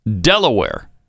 Delaware